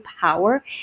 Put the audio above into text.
power